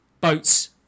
boats